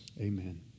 amen